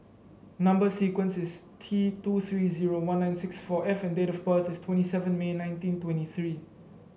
number sequence is T two three zero one nine six four F and date of birth is twenty seven May nineteen twenty three